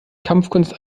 kampfkunst